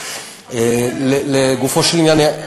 היה מקסים ומרגש.